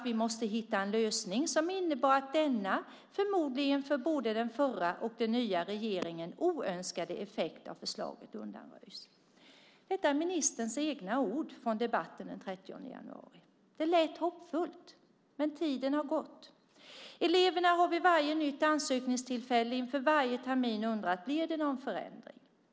Vi måste hitta en lösning som innebär att denna, förmodligen för både den förra och den nya regeringen, oönskade effekt av förslaget undanröjs. Detta är ministerns egna ord från debatten den 30 januari. Det lät hoppfullt, men tiden har gått. Eleverna har vid varje nytt ansökningstillfälle inför varje termin undrat: Blir det någon förändring?